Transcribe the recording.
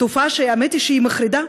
תופעה שהאמת היא שהיא מחרידה,